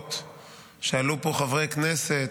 הרבות שעלו פה חברי הכנסת.